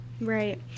Right